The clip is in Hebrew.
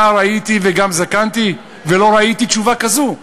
נער הייתי וגם זקנתי ולא ראיתי תשובה כזאת,